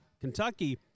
Kentucky